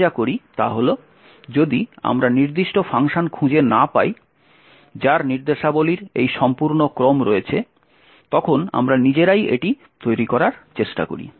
আমরা যা করি তা হল যদি আমরা নির্দিষ্ট ফাংশন খুঁজে না পাই যার নির্দেশাবলীর এই সম্পূর্ণ ক্রম রয়েছে আমরা নিজেরাই এটি তৈরি করার চেষ্টা করি